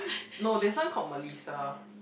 no there's one called Melissa